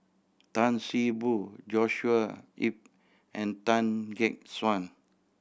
Tan See Boo Joshua Ip and Tan Gek Suan